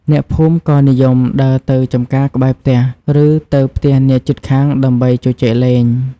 អ្នកភូមិក៏និយមដើរទៅចម្ការក្បែរផ្ទះ ឬទៅផ្ទះអ្នកជិតខាងដើម្បីជជែកលេង។